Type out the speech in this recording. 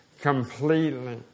completely